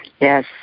Yes